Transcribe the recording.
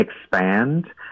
expand